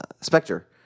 Spectre